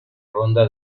ronda